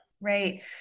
Right